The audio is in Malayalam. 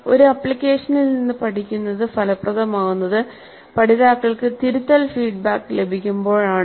ഒരു അപ്ലിക്കേഷനിൽ നിന്ന് പഠിക്കുന്നത് ഫലപ്രദമാകുന്നത് പഠിതാക്കൾക്ക് തിരുത്തൽ ഫീഡ്ബാക്ക് ലഭിക്കുമ്പോൾ ആണ്